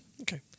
Okay